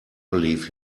believe